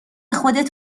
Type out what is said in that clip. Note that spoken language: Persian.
خودت